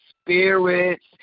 spirits